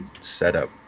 setup